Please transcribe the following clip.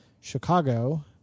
Chicago